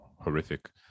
horrific